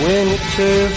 Winter